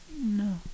No